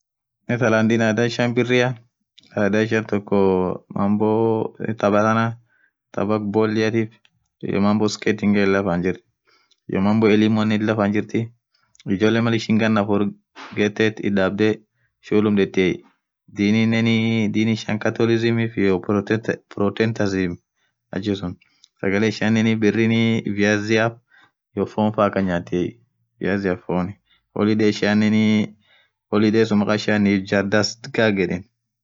Nerthaland adha ishian birria adhaa ishian toko mambo thabaa thana thab akaa boliatif iyo mambo sketing faa chala faan jirthi iyoo mambo elimuanen lila faan jirthi ijoleen Mal ishin ghan afur ghethethu itdhabdhee shulum dhethiye dininen dini ishian catholism iyo protendesium achisun sagale ishian birrineniii viazia iyoo fonn faaa akhan nyathiye viazi fonni holiday ishianen holiday Makhaa ishian suun ijabdhas ghakh